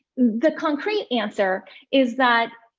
the concrete answer is that,